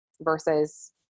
versus